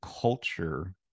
culture